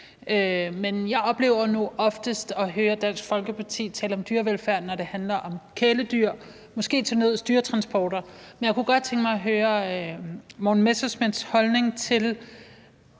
Men jeg oplever nu oftest at høre Dansk Folkeparti tale om dyrevelfærd, når det handler om kæledyr, måske til nøds dyretransporter. Men jeg kunne godt tænke mig at høre Morten Messerschmidts holdning til